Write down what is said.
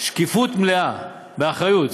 שקיפות מלאה, באחריות.